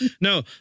no